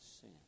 sin